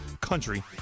country